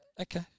Okay